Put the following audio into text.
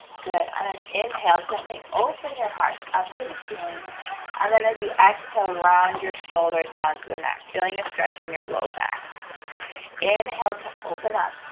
good on an inhale gently open your heart up to the ceiling and then as you, exhale round your shoulder down to the mat feeling a stretch in your low. back inhale to open up